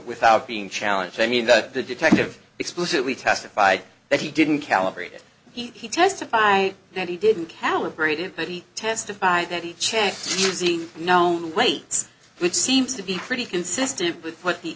without being challenged i mean that the detective explicitly testified that he didn't calibrate it he testify that he didn't calibrate it but he testified that he checked using known weights which seems to be pretty consistent with put the